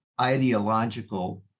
ideological